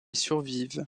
survivent